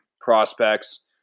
prospects